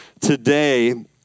today